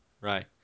Right